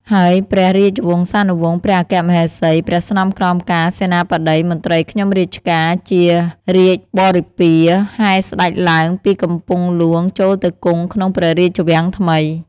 ហើយព្រះរាជវង្សានុវង្ស ព្រះអគ្គមហេសី ព្រះស្នំក្រមការ សេនាបតី មន្ត្រីខ្ញុំរាជការជារាជបរិពារ ហែស្ដេចឡើងពីកំពង់ហ្លួងចូលទៅគង់ក្នុងព្រះរាជវាំងថ្មី